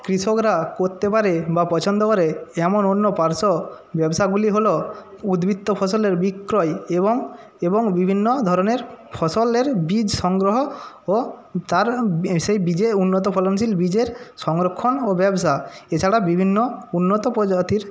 কৃষকরা করতে পারে বা পছন্দ করে এমন অন্য পার্শ্ব ব্যবসাগুলি হল উদ্বৃত্ত ফসলের বিক্রয় এবং এবং বিভিন্ন ধরনের ফসলের বীজ সংগ্রহ ও তার সেই বীজে উন্নত ফলনশীল বীজের সংরক্ষণ ও ব্যবসা এছাড়া বিভিন্ন উন্নত প্রজাতির